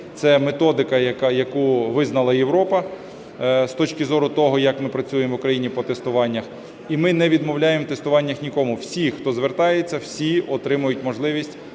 Це методика, яку визнала Європа з точки зору того, як ми працюємо в Україні по тестуваннях. І ми не відмовляємо в тестуваннях нікому. Всіх, хто звертається, всі отримують можливість